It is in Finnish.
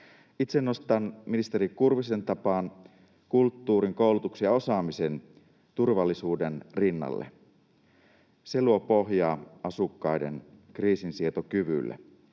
Itse nostan ministeri Kurvisen tapaan kulttuurin, koulutuksen ja osaamisen turvallisuuden rinnalle. Ne luovat pohjaa asukkaiden kriisinsietokyvylle.